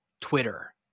Twitter